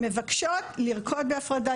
מבקשות לרקוד בהפרדה,